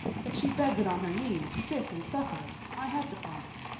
but she begged it on her knees, sick and suffering. i had to promise.